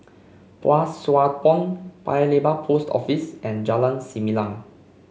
Pang Sua Pond Paya Lebar Post Office and Jalan Selimang